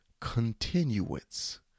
continuance